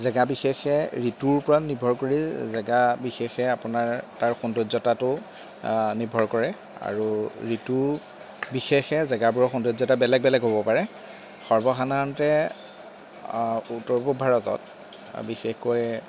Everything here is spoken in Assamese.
জেগা বিশেষে ঋতুৰ ওপৰত নিৰ্ভৰ কৰি জেগা বিশেষে আপোনাৰ তাৰ সৌন্দৰ্যতাটো নিৰ্ভৰ কৰে আৰু ঋতু বিশেষে জেগাবোৰৰ সৌন্দৰ্যতা বেলেগ বেলেগ হ'ব পাৰে সৰ্বসাধাৰণতে উত্তৰ পূৰ্ব ভাৰতত বিশেষকৈ